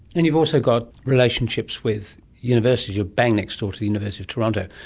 and you've also got relationships with universities, you're bang next door to the university of toronto,